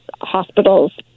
hospitals